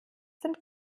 sind